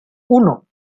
uno